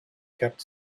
kept